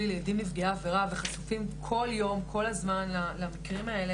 לילדים נפגעי עבירה וחשופים כל יום וכל הזמן למקרים האלה,